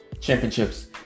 championships